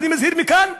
אני מזהיר מכאן,